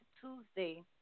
Tuesday